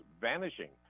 vanishing